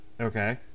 Okay